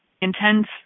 intense